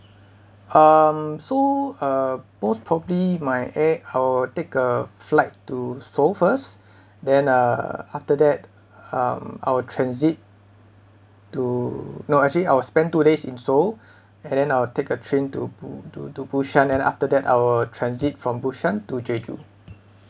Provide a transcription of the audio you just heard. um so uh most probably my end I will take a flight to seoul first then uh after that um I'll transit to no actually I will spend two days in seoul and then I will take a train to bu~ to to busan then after that I will transit from busan to jeju